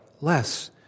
less